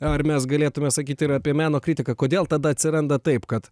ar mes galėtumėme sakyti ir apie meno kritiką kodėl tada atsiranda taip kad